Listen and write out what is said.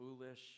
foolish